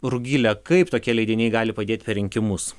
rugile kaip tokie leidiniai gali padėt per rinkimus